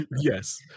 yes